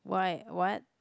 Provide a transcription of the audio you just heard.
why what